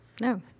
no